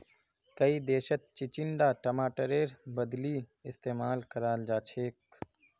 कई देशत चिचिण्डा टमाटरेर बदली इस्तेमाल कराल जाछेक